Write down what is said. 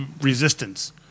resistance